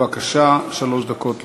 בבקשה, שלוש דקות לרשותך.